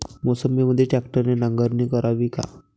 मोसंबीमंदी ट्रॅक्टरने नांगरणी करावी का?